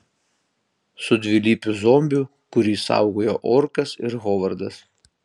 su dvilypiu zombiu kurį saugojo orkas ir hovardas